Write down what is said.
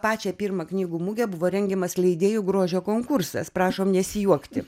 pačią pirmą knygų mugę buvo rengiamas leidėjų grožio konkursas prašom nesijuokti